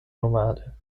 nomade